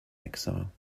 exile